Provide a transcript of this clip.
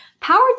power